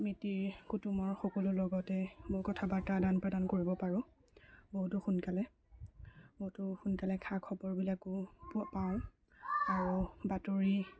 মিতিৰ কুটুমৰ সকলো লগতে মই কথা বাৰ্তা আদান প্ৰদান কৰিব পাৰোঁ বহুতো সোনকালে বহুতো সোনকালে খা খবৰবিলাকো প পাওঁ আৰু বাতৰি